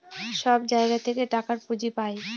সব জায়গা থেকে টাকার পুঁজি পাই